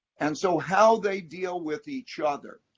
and so how they deal with each other.